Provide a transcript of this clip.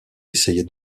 essayer